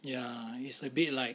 ya it's a bit like